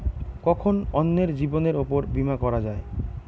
কখন অন্যের জীবনের উপর বীমা করা যায়?